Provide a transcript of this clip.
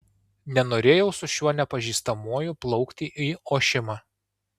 nenorėjau su šiuo nepažįstamuoju plaukti į ošimą